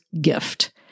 gift